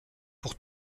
pour